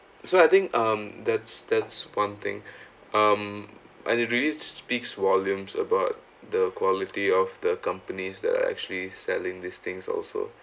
so I think um that's that's one thing um I really speaks volumes about the quality of the companies that are actually selling these things also